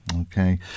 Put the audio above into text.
Okay